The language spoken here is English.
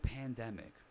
pandemic